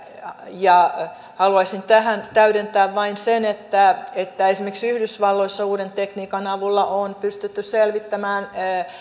ja haluaisin tähän täydentää vain sen että että esimerkiksi yhdysvalloissa uuden tekniikan avulla on pystytty selvittämään